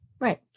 Right